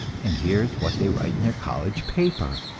and here is what they write in their college paper